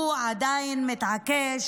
הוא עדיין מתעקש,